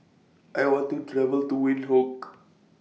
I want to travel to Windhoek